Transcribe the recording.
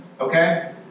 okay